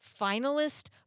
finalist